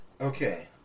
Okay